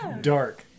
Dark